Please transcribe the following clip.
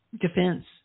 defense